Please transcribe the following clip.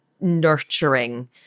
nurturing